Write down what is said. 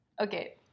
Okay